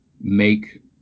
make